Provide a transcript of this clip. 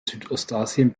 südostasien